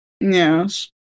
Yes